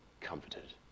comforted